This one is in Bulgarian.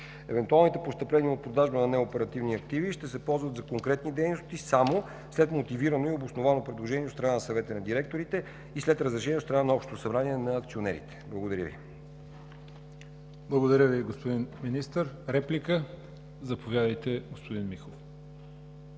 Евентуалните постъпления от продажба на неоперативни активи ще се ползват за конкретни дейности само след мотивирано и обосновано предложение от страна на Съвета на директорите и след разрешение от страна на Общото събрание на акционерите. Благодаря. ПРЕДСЕДАТЕЛ ЯВОР ХАЙТОВ: Благодаря Ви, господин Министър. Реплика? Заповядайте, господин Михов.